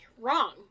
Wrong